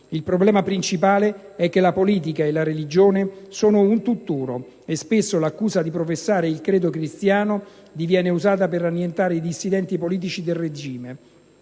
Il problema principale è che la politica e la religione sono un tutt'uno, e spesso l'accusa di professare il credo cristiano viene usata per annientare i dissidenti politici del regime.